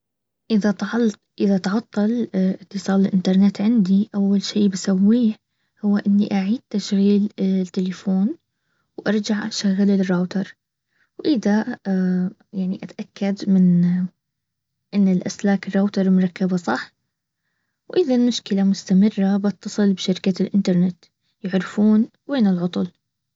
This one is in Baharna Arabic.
اذا -اذا تعطل اتصال الانترنت عندي اول شي بسويه هو اني اعيد تشغيل التلفون وارجع اشغل الراوتر واذا يعني اتأكد من ان اسلاك الرواتر المركبة صح؟ واذا المشكلة مستمر بتصل بشركة الانترنت يعرفون وين العطل